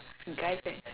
guys leh